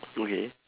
okay